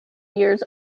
years